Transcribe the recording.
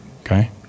Okay